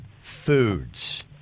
foods